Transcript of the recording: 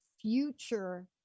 future